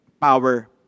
power